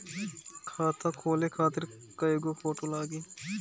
खाता खोले खातिर कय गो फोटो लागी?